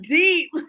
deep